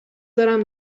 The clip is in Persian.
دارم